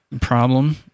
problem